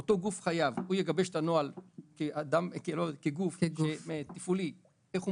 אותו גוף הוא יגבש את הנוהל כגוף תפעולי איך הוא